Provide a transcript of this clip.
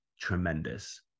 tremendous